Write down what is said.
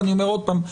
אני אומר עוד פעם,